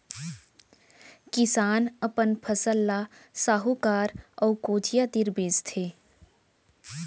किसान अपन फसल ल साहूकार अउ कोचिया तीर बेचय